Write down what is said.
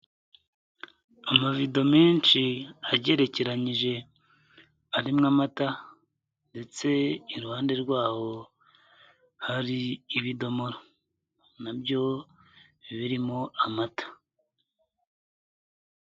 Amabido menshi agerekeranyije arimo amata ndetse iruhande rwaho hari ibidomoro na byo birimo amata.